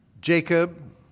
Jacob